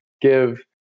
give